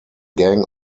gang